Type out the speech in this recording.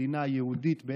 במדינה היהודית,